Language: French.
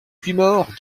puymaure